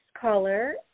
caller